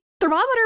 thermometer